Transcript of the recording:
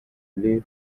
relief